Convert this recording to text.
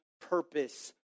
purpose